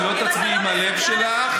את לא תצביעי עם הלב שלך,